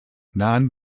non